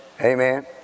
Amen